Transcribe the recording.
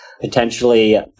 potentially